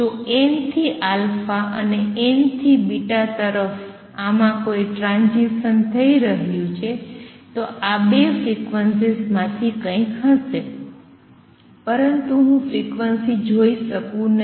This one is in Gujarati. જો n થી અને n થી β તરફ આમાં કોઈ ટ્રાંઝીસન થઈ રહ્યું છે તો આ ૨ ફ્રીક્વન્સીઝ માંથી કઈક હશે પરંતુ હું ફ્રીક્વન્સી જોઈ શકું નહીં